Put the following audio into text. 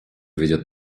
ведет